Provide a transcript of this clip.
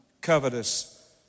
covetous